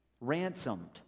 ransomed